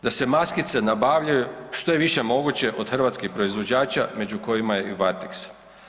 Da se maskice nabavljaju što je više moguće od hrvatskih proizvođača među kojima je i Varteks.